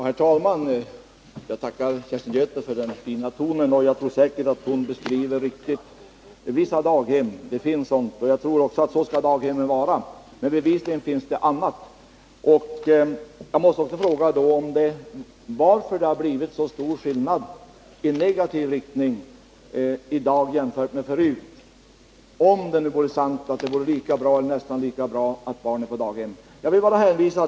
Herr talman! Jag tackar Kerstin Göthberg för den fina tonen. Jag tror säkert att hon riktigt beskriver vissa daghem. Det finns sådana daghem som hon berättade om, och jag tror att det är så som daghemmen skall vara. Men bevisligen finns det också andra. Och jag måste fråga: Varför har det, i dag jämfört med förut, blivit så stor skillnad i negativ riktning, om det är sant att det är lika bra eller nästan lika bra att ha barnen i daghem som att vårda dem hemma?